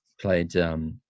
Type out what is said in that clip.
played